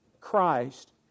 Christ